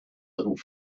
bit